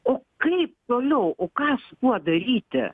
o kaip toliau o ką su tuo daryti